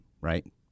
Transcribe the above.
right